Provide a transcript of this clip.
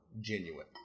genuine